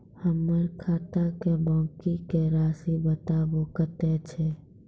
हमर खाता के बाँकी के रासि बताबो कतेय छै?